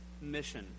mission